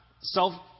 self